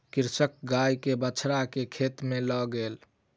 कृषक गाय के बछड़ा के खेत में लअ गेल